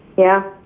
yeah.